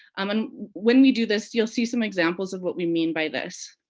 um and when we do this, you'll see some examples of what we mean by this.